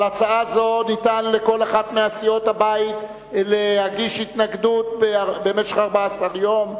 על הצעה זו ניתן לכל אחת מסיעות הבית להגיש התנגדות במשך 14 יום,